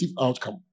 outcome